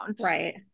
Right